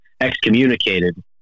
excommunicated